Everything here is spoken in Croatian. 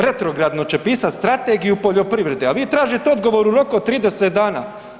Retrogradno će pisat strategiju poljoprivrede a vi tražite odgovor u roku od 30 dana.